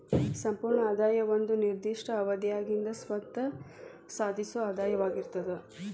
ಸಂಪೂರ್ಣ ಆದಾಯ ಒಂದ ನಿರ್ದಿಷ್ಟ ಅವಧ್ಯಾಗಿಂದ್ ಸ್ವತ್ತ ಸಾಧಿಸೊ ಆದಾಯವಾಗಿರ್ತದ